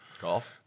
Golf